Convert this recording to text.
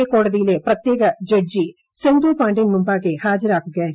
A കോടതിയിലെ പ്രത്യേക ജഡ്ജി സെന്തുർ പാണ്ഡ്യൻ മുമ്പാകെ ഹാജരാക്കുകയായിരുന്നു